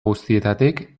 guztietatik